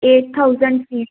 eight thousand fees